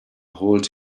hold